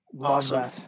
Awesome